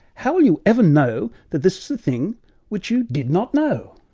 how will you ever know that this is the thing which you did not know?